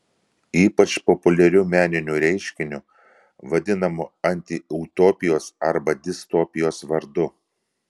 ypač populiariu meniniu reiškiniu vadinamu antiutopijos arba distopijos vardu